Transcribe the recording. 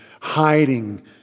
hiding